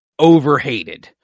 overhated